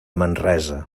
manresa